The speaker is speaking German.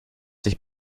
sich